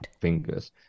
fingers